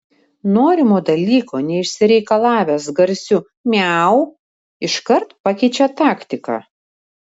norimo dalyko neišsireikalavęs garsiu miau iškart pakeičia taktiką